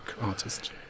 artist